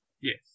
yes